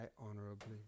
honorably